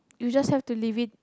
you just have to live it